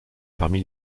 parmi